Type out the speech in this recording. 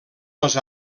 els